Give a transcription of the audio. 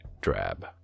drab